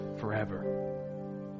forever